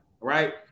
Right